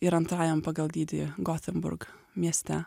ir antrajam pagal dydį gotenburg mieste